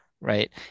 Right